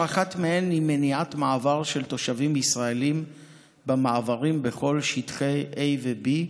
ואחת מהן היא מניעת מעבר של תושבים ישראלים במעברים בכל שטחי A ו-B,